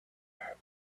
brought